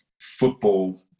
football